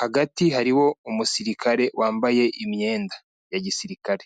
hagati hariho umusirikare wambaye imyenda, ya gisirikare.